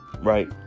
Right